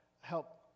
help